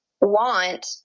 want